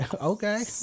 Okay